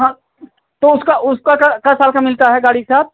हाँ तो उसका उसका का कै साल का मिलता है गाड़ी के साथ